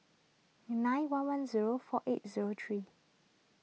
nine one one zero four eight zero three